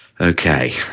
Okay